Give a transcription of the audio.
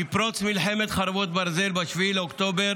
מפרוץ מלחמת חרבות ברזל ב-7 באוקטובר